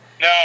No